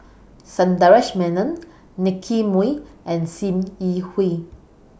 Sundaresh Menon Nicky Moey and SIM Yi Hui